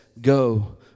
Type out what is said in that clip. go